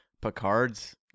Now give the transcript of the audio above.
Picard's